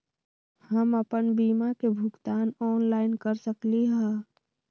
हम अपन बीमा के भुगतान ऑनलाइन कर सकली ह?